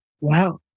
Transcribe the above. Wow